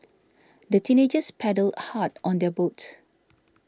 the teenagers paddled hard on their boat